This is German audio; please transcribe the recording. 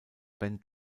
ben